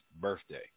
birthday